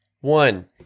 One